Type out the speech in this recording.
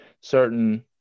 certain